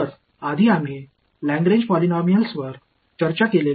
எனவே நாம் முன்னர் விவாதித்த லக்ரேஞ்ச் பாலினாமியல்களை இந்த நபரை ஒருங்கிணைக்க பயன்படுத்தலாம்